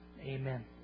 amen